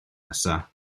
nesaf